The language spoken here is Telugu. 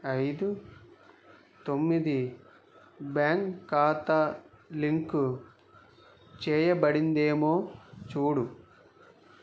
ఐదు తొమ్మిది బ్యాంక్ ఖాతా లింకు చేయబడిందేమో చూడు